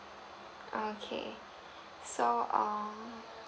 okay so err